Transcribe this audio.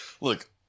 Look